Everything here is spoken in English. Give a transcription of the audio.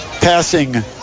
passing